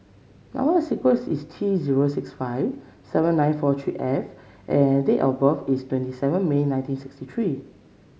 number sequence is T zero six five seven nine four three F and date of birth is twenty seven May nineteen sixty three